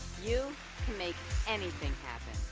you can make anything happen.